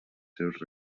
seus